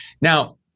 Now